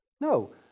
No